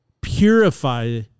purify